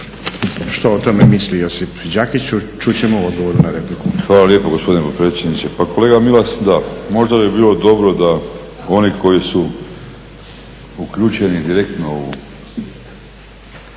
Što o tome misli Josip Đakić čut ćemo u odgovoru na repliku. **Đakić, Josip (HDZ)** Hvala lijepa gospodine potpredsjedniče. Pa kolega Milas, da, možda bi bilo dobro da oni koji su uključeni direktno,